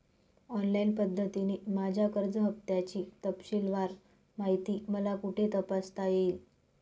Online पद्धतीने माझ्या कर्ज हफ्त्याची तपशीलवार माहिती मला कुठे तपासता येईल?